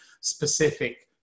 specific